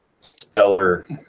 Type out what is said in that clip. stellar